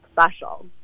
special